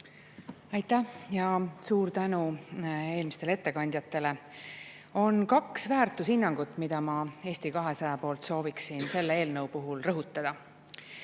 Aitäh! Ja suur tänu eelmistele ettekandjatele! On kaks väärtushinnangut, mida ma Eesti 200 nimel sooviksin selle eelnõu puhul rõhutada.